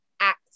act